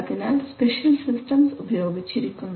അതിനാൽ special systems ഉപയോഗിച്ചിരിക്കുന്നു